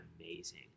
amazing